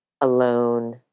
alone